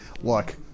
look